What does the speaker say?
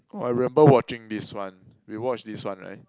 oh I remember watching this one we watch this one right